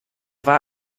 war